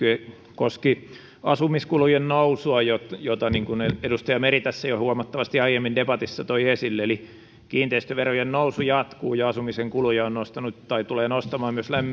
koski asumiskulujen nousua jota jota edustaja meri tässä jo huomattavasti aiemmin debatissa toi esille eli kiinteistöverojen nousu jatkuu ja asumisen kuluja tulee nostamaan myös